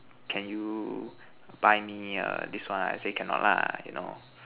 can you buy me err this one I say cannot lah you know